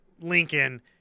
Lincoln